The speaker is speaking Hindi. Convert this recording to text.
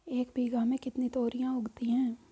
एक बीघा में कितनी तोरियां उगती हैं?